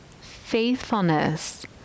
faithfulness